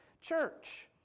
church